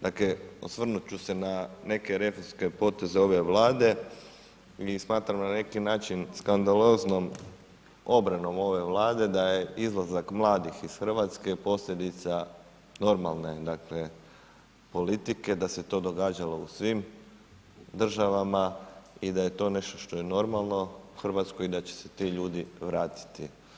Dakle, osvrnuti ću se na neke reformske poteze ove vlade i smatram na neki način skandaloznom obrane ove vlade, da je izlazak mladih iz Hrvatske, posljedice, normalne, dakle, politike da se je to događalo u svim državama i da je to nešto što je normalno u Hrvatskoj i da će se ti ljudi vratiti.